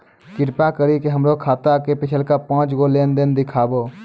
कृपा करि के हमरा हमरो खाता के पिछलका पांच गो लेन देन देखाबो